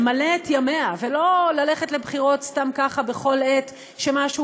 למלא את ימיה ולא ללכת לבחירות סתם ככה בכל עת שמשהו